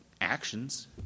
actions